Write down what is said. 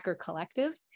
Collective